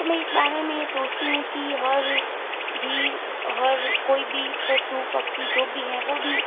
तो मैं इस बारे में ये सोचती हूँ कि हर जीव हर कोई भी पशु पक्षी जो भी हैं वो भी